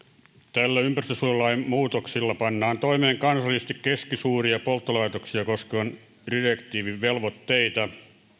tällä ympäristönsuojelulain muutoksella pannaan toimeen kansallisesti keskisuuria polttolaitoksia koskevan direktiivin velvoitteita